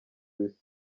isi